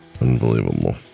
unbelievable